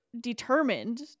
determined